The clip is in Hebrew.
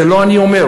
את זה לא אני אומר,